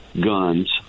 guns